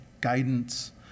guidance